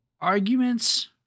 arguments